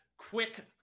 quick